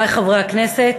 בבקשה, גברתי, חברת הכנסת